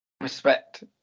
Respect